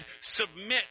submit